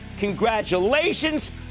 Congratulations